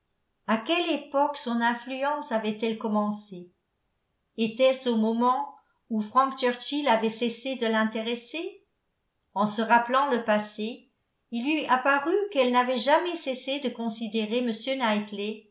à quelle époque son influence avait-elle commencé était-ce au moment où frank churchill avait cessé de l'intéresser en se rappelant le passé il lui apparut qu'elle n'avait jamais cessé de considérer